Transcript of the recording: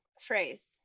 phrase